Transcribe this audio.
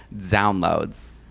downloads